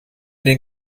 den